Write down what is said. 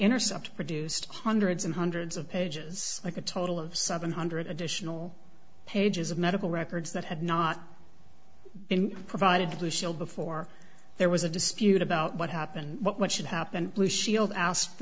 intercept produced hundreds and hundreds of pages like a total of seven hundred additional pages of medical records that had not been provided to show before there was a dispute about what happened what should happen blue shield asked the